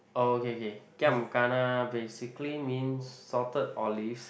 oh okay okay giam kana basically means salted olives